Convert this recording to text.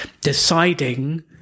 deciding